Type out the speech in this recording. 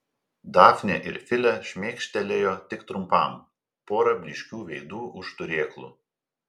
dafnė ir filė šmėkštelėjo tik trumpam pora blyškių veidų už turėklų